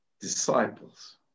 Disciples